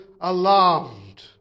alarmed